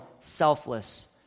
selfless